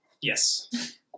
yes